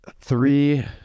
three